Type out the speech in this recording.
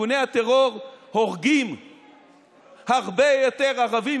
ארגוני הטרור הורגים הרבה יותר ערבים